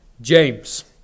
James